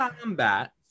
combat